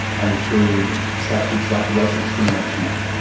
and through statutes like the racial discrimination act.